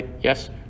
Yes